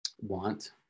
Want